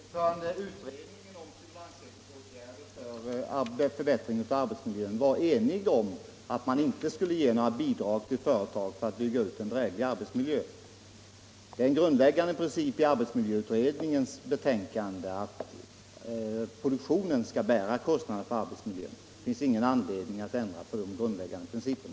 Herr talman! Utredningen om stimulansåtgärder för förbättring av arbetsmiljön var enig om att man inte skulle ge några bidrag till företag för att åstadkomma en dräglig arbetsmiljö. Den grundläggande principen i arbetsmiljöutredningens betänkande är att produktionen skall bära kostnaderna för arbetsmiljön, och det finns ingen anledning att ändra på den principen.